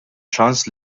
ċans